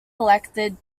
elected